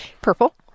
Purple